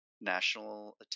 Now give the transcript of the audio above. national